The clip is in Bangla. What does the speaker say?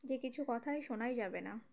যে কিছু কথাই শোনাই যাবে না